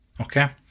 Okay